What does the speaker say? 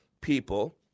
people